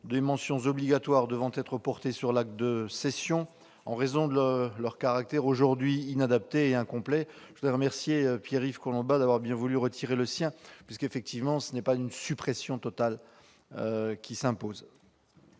des mentions obligatoires devant être portées sur l'acte de cession, en raison de leur caractère aujourd'hui inadapté et incomplet. Je voudrais remercier Pierre-Yves Collombat d'avoir bien voulu retirer son amendement. Effectivement, la suppression complète ne s'impose